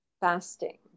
fasting